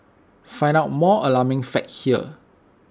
find out more alarming facts here